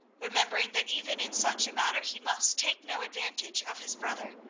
remembering that even in such a matter he must take no advantage of his brother,